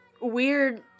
weird